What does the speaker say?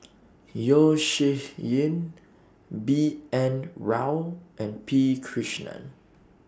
Yeo Shih Yun B N Rao and P Krishnan